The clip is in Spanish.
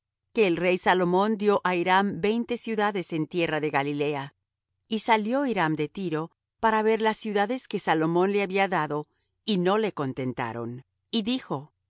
que el rey salomón dió á hiram veinte ciudades en tierra de galilea y salió hiram de tiro para ver las ciudades que salomón le había dado y no le contentaron y dijo